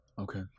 Okay